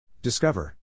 Discover